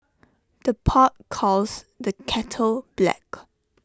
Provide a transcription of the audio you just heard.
the pot calls the kettle black